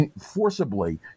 forcibly